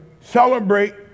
celebrate